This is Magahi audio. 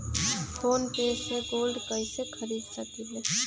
फ़ोन पे से गोल्ड कईसे खरीद सकीले?